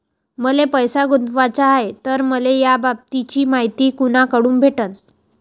मले पैसा गुंतवाचा हाय तर मले याबाबतीची मायती कुनाकडून भेटन?